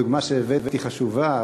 הדוגמה שהבאת היא חשובה,